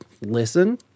listen